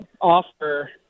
offer